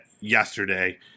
yesterday